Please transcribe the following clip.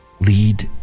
Lead